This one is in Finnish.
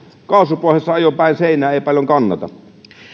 kaasu pohjassa ajo päin seinää ei paljon kannata